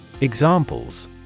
Examples